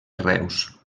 reus